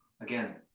again